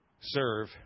serve